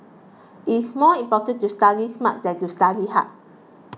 it is more important to study smart than to study hard